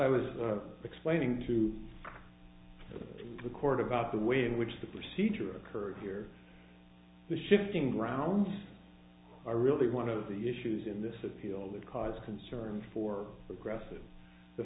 i was explaining to the court about the way in which the procedure occurred here the shifting grounds are really one of the issues in this appeal that cause concern for progressive the